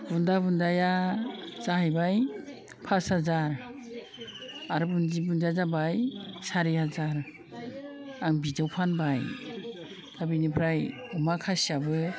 बुन्दा बुन्दाया जाहैबाय पास हाजार आरो बुन्दि बुन्दिया जाबाय सारि हाजार आं बिदियाव फानबाय दा बिनिफ्राय अमा खासियाबो